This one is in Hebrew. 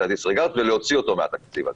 הדיסריגרד ולהוציא אותו מהתקציב הזה.